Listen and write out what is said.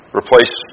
replace